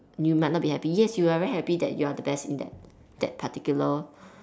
you might not be happy yes you're very happy that you're the best in that particular